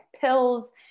pills